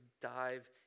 dive